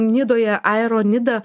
nidoje aero nida